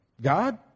god